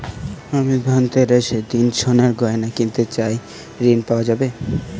আমি ধনতেরাসের দিন সোনার গয়না কিনতে চাই ঝণ পাওয়া যাবে?